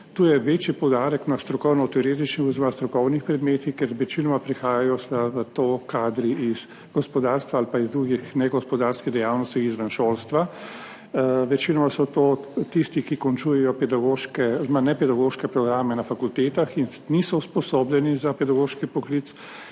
Tu je večji poudarek na strokovno teoretičnih oziroma strokovnih predmetih, ker večinoma prihajajo v to kadri iz gospodarstva ali pa iz drugih negospodarskih dejavnosti izven šolstva. Večinoma so to tisti, ki končujejo pedagoške oziroma ne pedagoške programe na fakultetah in niso usposobljeni za pedagoški poklic.